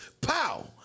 Pow